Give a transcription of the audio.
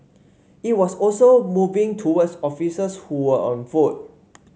it was also moving towards officers who were on foot